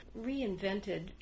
reinvented